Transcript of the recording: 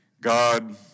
God